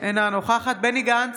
אינה נוכחת בנימין גנץ,